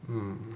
um